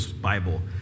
Bible